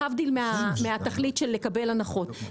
להבדיל מהתכלית של לקבל הנחות.